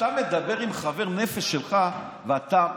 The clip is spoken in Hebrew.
כשאתה מדבר עם חבר נפש שלך ואתה